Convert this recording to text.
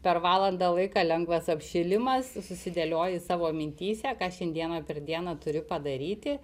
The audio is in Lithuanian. per valandą laiką lengvas apšilimas susidėlioji savo mintyse ką šiandieną per dieną turi padaryti